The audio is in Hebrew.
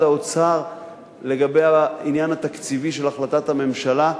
האוצר לגבי העניין התקציבי של החלטת הממשלה,